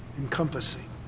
encompassing